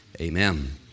Amen